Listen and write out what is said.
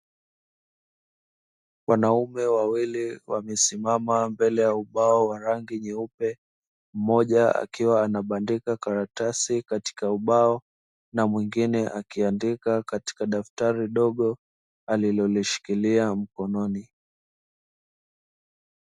Wanaume wawili wamesimama mbele ya ubao wa rangi nyeupe, mmoja akiwa anabandika karatasi katika ubao na mwingine akiandika katika daftari dogo alilolishikilia mkononi.